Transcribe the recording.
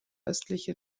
östliche